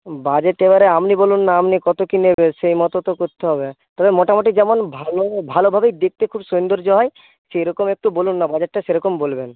budget এবারে আপনি বলুন না আপনি কত কি নেবেন সেই মতো তো করতে হবে মোটামুটি যেমন ভালো ভালোভাবেই দেখতে যেন সুন্দর্য হয় সেইরকম একটু বলুন না বাজেটটা সেরকম বলবেন